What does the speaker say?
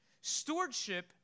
Stewardship